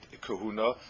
kahuna